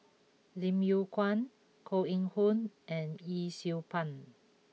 Lim Yew Kuan Koh Eng Hoon and Yee Siew Pun